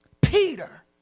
Peter